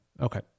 Okay